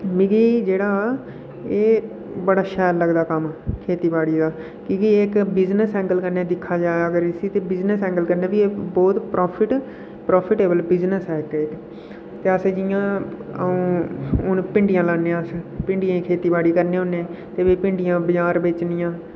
मिगी जेह्ड़ा एह् शैल लगदा कम्म खेती बाड़ी दा की के एह् इक्क बिजनेस एैंगल कन्नै दिक्खेआ जा ते इसी बिजदनेस एैंगल कन्नै बी बहुत प्रॉफिट प्रॉफिटेबल बिजनेस ऐ इक्क एह् ते असें जि'यां भिंडियां लाने अस भिंडियें दी खेती बाड़ी करने होने ते एह् भिंडियां बजार बेचनियां